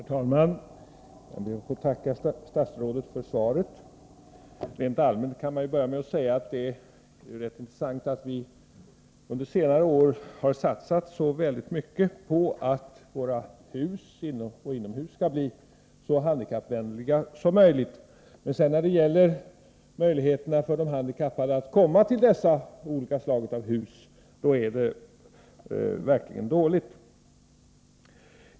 Herr talman! Jag ber att få tacka statsrådet för svaret. Rent allmänt kan jag börja med att säga att det är rätt intressant att vi under senare år har satsat så väldigt mycket på att våra byggnader inomhus skall bli så handikappvänliga som möjligt. Men sedan när det gäller möjligheterna för de handikappade att komma till dessa byggnader är det verkligen dåligt ställt.